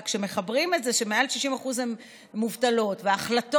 וכשמחברים את זה לכך שמעל 60% הן מובטלות וההחלטות